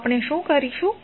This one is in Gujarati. તો આપણે શું કરીશું